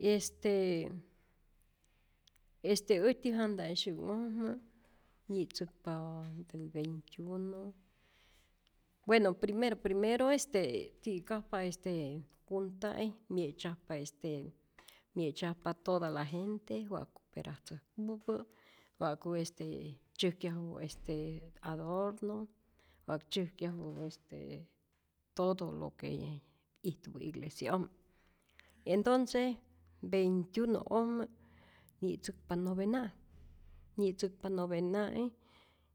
Este este äjtyä janta'i syä'nhojmä nyi'tzäkpaa del veintiuno, bueno primer primero este ti'kajpa este junta'i mye'tzyajpa este mye'tzyajpa toda la gente wa' coperatzäjkupä, wa'ku este tzyäjkyaju este adorno, wa'k tzyäjkyaju todo lo que ijtupä iglesia'ojmä, entonce veintiuno'ojmä, nyi'tzäkpa novena', nyi'tzäkpa novena'i,